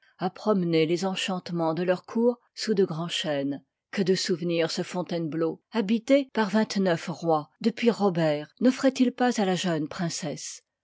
à promener les enchantemens de leur cour sous de grands chênes que de souvenirs ce fontainebleau habité par vingt neuf rois depuis robert n'offroit il pas à la jeune princesse